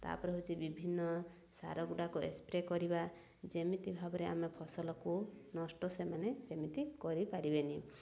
ତାପରେ ହେଉଛି ବିଭିନ୍ନ ସାର ଗୁଡ଼ାକ ସ୍ପ୍ରେ କରିବା ଯେମିତି ଭାବରେ ଆମେ ଫସଲକୁ ନଷ୍ଟ ସେମାନେ ଯେମିତି କରିପାରିବେନି